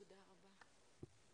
תודה רבה.